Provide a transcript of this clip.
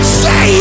say